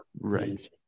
right